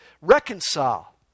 reconcile